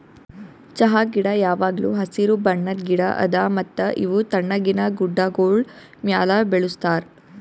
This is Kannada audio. ಚಹಾ ಗಿಡ ಯಾವಾಗ್ಲೂ ಹಸಿರು ಬಣ್ಣದ್ ಗಿಡ ಅದಾ ಮತ್ತ ಇವು ತಣ್ಣಗಿನ ಗುಡ್ಡಾಗೋಳ್ ಮ್ಯಾಲ ಬೆಳುಸ್ತಾರ್